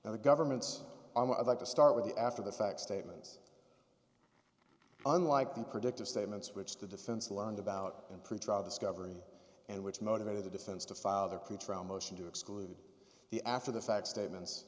that the government's i'm about to start with the after the fact statements unlike the predictive statements which the defense learned about in pretrial discovery and which motivated the defense to file their pretrial motion to exclude the after the fact statements